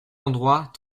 endroits